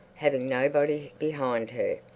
having nobody behind her.